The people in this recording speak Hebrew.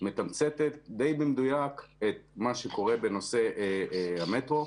מתמצתת די במדויק את מה שקורה בנושא המטרו,